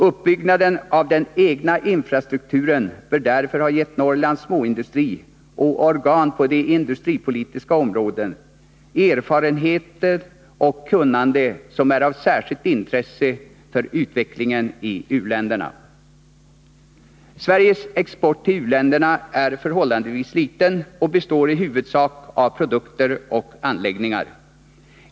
Uppbyggnaden av den egna infrastrukturen bör därför ha gett Norrlands småindustri och organen på det industripolitiska området erfarenheter och kunnande som är av särskilt intresse för utvecklingen i u-länderna. Sveriges export till u-länderna är förhållandevis liten och består i huvudsak av produkter och anläggningar.